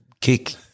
kick